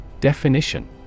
Definition